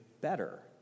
better